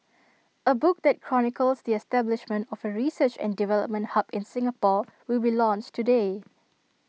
A book that chronicles the establishment of A research and development hub in Singapore will be launched today